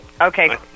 Okay